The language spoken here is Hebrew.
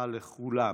הצעת החוק הבאה